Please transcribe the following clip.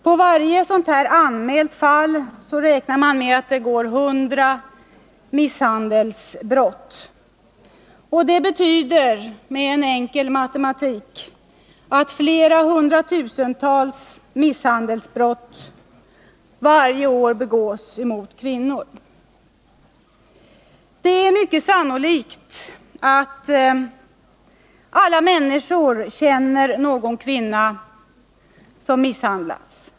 På varje anmält fall räknar man att det går 100 misshandelsbrott. En enkel matematik visar att det betyder att flera hundratusental misshandelsbrott begås varje år mot kvinnor. Det är mycket sannolikt att alla människor känner någon kvinna som misshandlas.